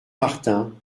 martin